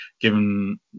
given